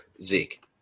Zeke